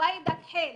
חוואידה חייל,